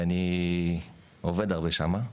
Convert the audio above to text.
ואני עובד הרבה שם,